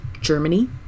Germany